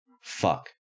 Fuck